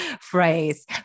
phrase